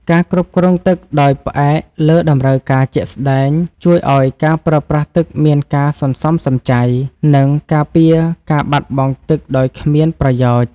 ការគ្រប់គ្រងទឹកដោយផ្អែកលើតម្រូវការជាក់ស្តែងជួយឱ្យការប្រើប្រាស់ទឹកមានការសន្សំសំចៃ និងការពារការបាត់បង់ទឹកដោយគ្មានប្រយោជន៍។